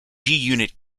unit